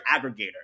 aggregator